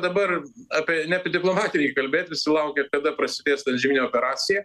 dabar apie ne apie diplomatiją reikia kalbėt visi laukia kada prasidės ta antžeminė operacija